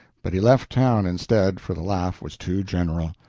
but he left town, instead, for the laugh was too general.